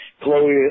Chloe